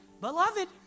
beloved